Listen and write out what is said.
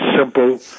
simple